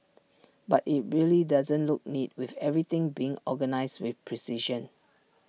but IT really doesn't look neat with everything being organised with precision